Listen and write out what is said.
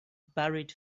buried